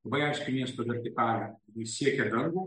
labai aiški miesto vertikalė jis siekia dangų